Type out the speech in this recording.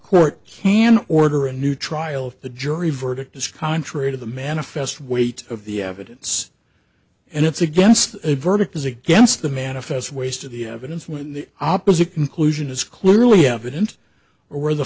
court can order a new trial the jury verdict is contrary to the manifest weight of the evidence and it's against a verdict as against the manifest waste of the evidence when the opposite conclusion is clearly evident or the